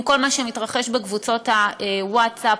עם כל מה שמתרחש בקבוצות הווטסאפ,